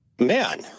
man